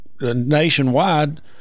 nationwide